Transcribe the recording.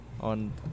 on